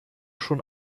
schon